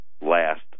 last